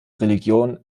religion